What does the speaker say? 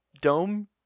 dome